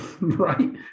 right